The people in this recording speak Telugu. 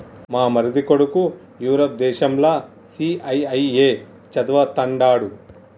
మా మరిది కొడుకు యూరప్ దేశంల సీఐఐఏ చదవతండాడు